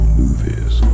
movies